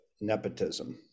nepotism